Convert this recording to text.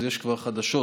אז יש כבר חדשות,